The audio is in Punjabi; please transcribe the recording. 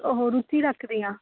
ਉਹ ਰੁੱਚੀ ਰੱਖਦੀ ਆ